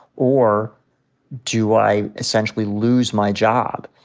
or do i essentially lose my job?